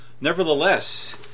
nevertheless